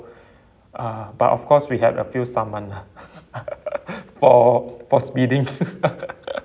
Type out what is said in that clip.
uh but of course we had a few saman lah for for speeding